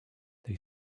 they